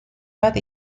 bat